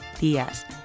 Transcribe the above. días